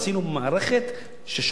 לא יכולים המתים להצביע,